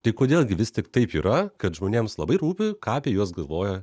tai kodėl gi vis tik taip yra kad žmonėms labai rūpi ką apie juos galvoja